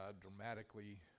dramatically